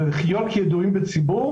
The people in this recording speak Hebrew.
אלא לחיות כידועים בציבור,